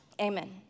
Amen